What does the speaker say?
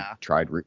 tried